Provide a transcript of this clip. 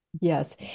Yes